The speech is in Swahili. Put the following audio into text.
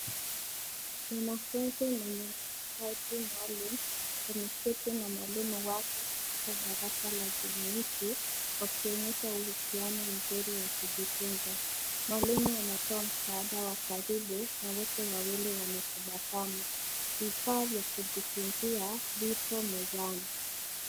Mwanafunzi mwenye mahitaji maalum ameketi na mwalimu wake katika darasa la jumuishi wakionyesha uhusiano mzuri wa kujifunza. Mwalimu anatoa msaada wa karibu na wote wawili wanatabasamu. Vifaa vya kujifunzia vipo mezani.